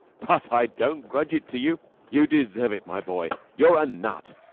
but i don't grudge it to you you deserve it my boy! you're a nut!